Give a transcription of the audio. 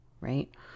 right